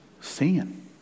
Sin